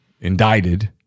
indicted